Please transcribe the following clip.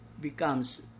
becomes